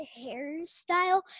hairstyle